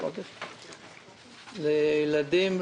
לילדים,